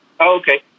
Okay